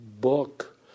book